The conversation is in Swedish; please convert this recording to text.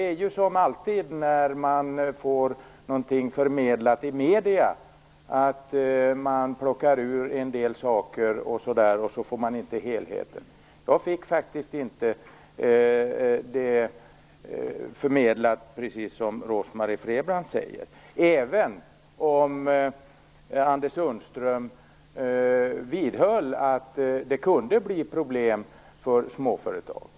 Som alltid när man får någonting förmedlat i medierna plockas det ut vissa bitar. Man får aldrig något grepp om helheten. Jag uppfattade inte det hela så som Rose-Marie Frebran gjorde, även om Anders Sundström vidhöll att det kunde bli problem för småföretagen.